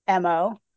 MO